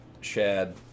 Shad